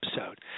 episode